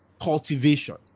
cultivation